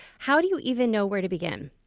how do you even know where to begin?